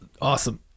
Awesome